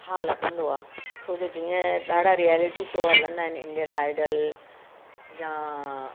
हा लॻंदो आहे छो जो जीअं ॾाढा रियलिटी शो हलंदा आहिनि इंडियन आइडल या